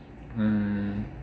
um